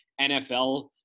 NFL